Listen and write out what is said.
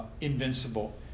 invincible